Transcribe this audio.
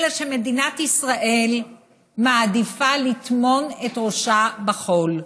אלא שמדינת ישראל מעדיפה לטמון את ראשה בחול.